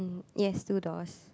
yes two doors